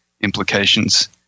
implications